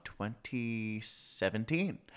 2017